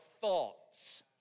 thoughts